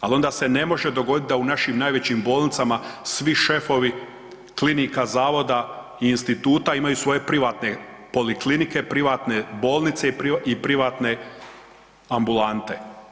Al onda se ne može dogodit da u našim najvećim bolnicama svi šefovi klinika, zavoda i instituta imaju svoje privatne poliklinike, privatne bolnice i privatne ambulante.